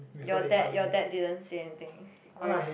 your dad your dad didn't say anything or your